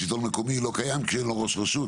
השלטון המקומי לא קיים כשאין לו ראש רשות,